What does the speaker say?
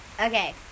Okay